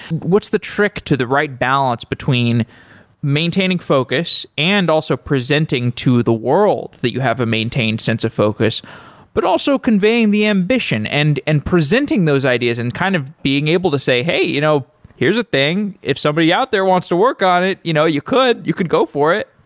the trick to the right balance between maintaining focus and also presenting to the world that you have a maintained sense of focus but also conveying the ambition and and presenting those ideas and kind of being able to say, hey you know here is a thing. if somebody out there wants to work on it you know you could. you could go for it.